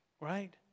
right